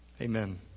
Amen